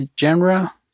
genre